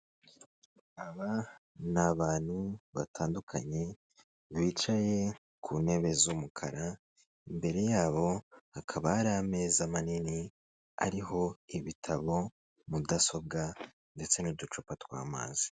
Aba n'abantu batandukanye bicaye ku ntebe z'umukara imbere y'abo hakaba hari ameza manini ariho ibitabo, mudasobwa, ndetse n'uducupa tw'amazi.